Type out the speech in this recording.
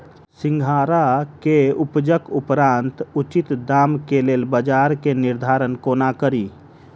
सिंघाड़ा केँ उपजक उपरांत उचित दाम केँ लेल बजार केँ निर्धारण कोना कड़ी?